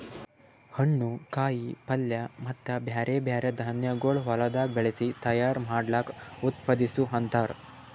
ಹಣ್ಣು, ಕಾಯಿ ಪಲ್ಯ ಮತ್ತ ಬ್ಯಾರೆ ಬ್ಯಾರೆ ಧಾನ್ಯಗೊಳ್ ಹೊಲದಾಗ್ ಬೆಳಸಿ ತೈಯಾರ್ ಮಾಡ್ದಕ್ ಉತ್ಪಾದಿಸು ಅಂತಾರ್